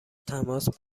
تماس